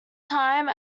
time